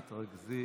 אל תתרגזי.